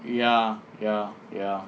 ya ya ya